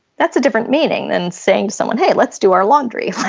that's a different meaning than saying someone hey, let's do our laundry.